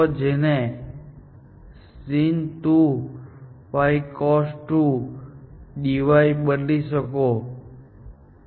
જેને તમે sin2ycos2ydy બદલી શકો છો